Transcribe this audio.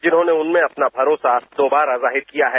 जिन्होंने उनमें अपना भरोसा दोबारा जाहिर किया है